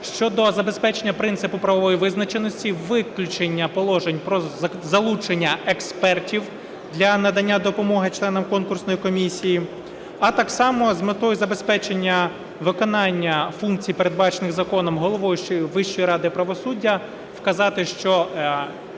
щодо забезпечення принципу правової визначеності, виключення положень про залучення експертів для надання допомоги членам конкурсної комісії, а так само з метою забезпечення виконання функцій, передбачених законом, Головою Вищої ради правосуддя, вказати, що